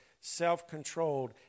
self-controlled